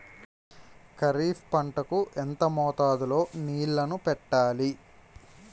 ఖరిఫ్ పంట కు ఎంత మోతాదులో నీళ్ళని పెట్టాలి?